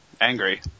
angry